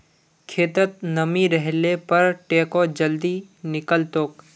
खेतत नमी रहले पर टेको जल्दी निकलतोक